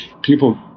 people